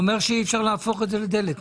הוא אומר שאי אפשר להפוך את זה לדלק.